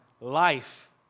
life